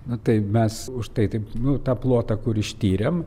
nu tai mes už tai taip nu tą plotą kur ištyrėm